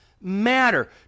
matter